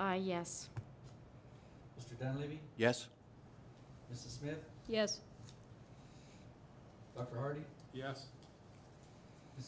is yes yes yes